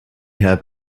have